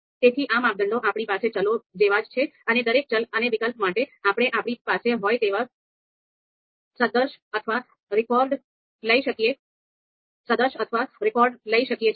તેથી આ માપદંડો આપણી પાસેના ચલો જેવા જ છે અને દરેક ચલ અને વિકલ્પ માટે આપણે આપણી પાસે હોય તેવા સાદ્રશ્ય અથવા રેકોર્ડ લઈ શકીએ છીએ